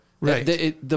Right